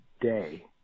day